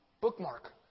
bookmark